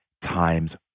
times